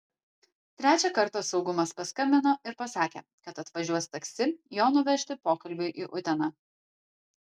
trečią kartą saugumas paskambino ir pasakė kad atvažiuos taksi jo nuvežti pokalbiui į uteną